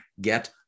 get